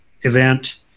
event